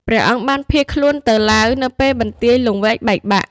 ព្រះអង្គបានភៀសខ្លួនទៅឡាវនៅពេលបន្ទាយលង្វែកបែកបាក់។